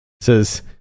says